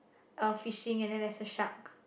uh fishing and then there's a shark